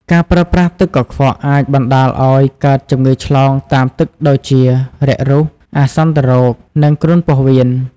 ការប្រើប្រាស់ទឹកកខ្វក់អាចបណ្តាលឲ្យកើតជំងឺឆ្លងតាមទឹកដូចជា រាគរូស អាសន្នរោគ និងគ្រុនពោះវៀន។